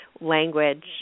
language